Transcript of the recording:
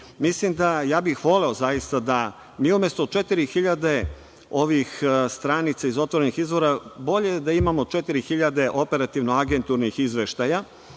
ili ne? Voleo bi zaista da umesto 4.000 ovih stranica iz otvorenih izvora bolje da imamo 4.000 operativno agenturnih izveštaja,